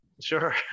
Sure